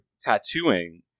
tattooing